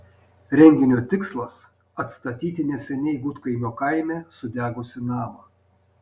renginio tikslas atstatyti neseniai gudkaimio kaime sudegusį namą